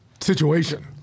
situation